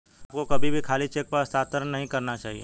आपको कभी भी खाली चेक पर हस्ताक्षर नहीं करना चाहिए